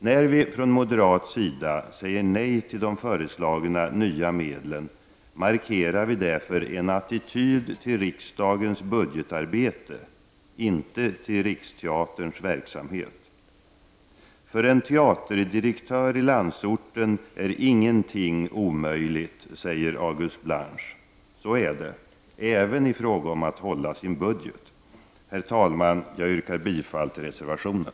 När vi från moderat sida säger nej till de föreslagna nya medlen markerar vi därför en attityd till riksdagens budgetarbete, inte till Riksteaterns verksamhet. För en teaterdirektör i landsorten är ingenting omöjligt, säger August Blanche. Så är det — även i fråga om att hålla sin budget. Herr talman! Jag yrkar bifall till reservationen.